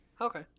Okay